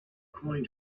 coin